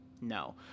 no